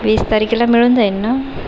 वीस तारखेला मिळून जाईन नं